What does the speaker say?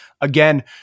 Again